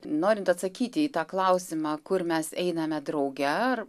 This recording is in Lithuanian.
norint atsakyti į tą klausimą kur mes einame drauge ar